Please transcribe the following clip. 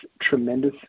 tremendous